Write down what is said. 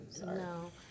No